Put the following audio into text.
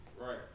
Right